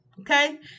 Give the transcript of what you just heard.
Okay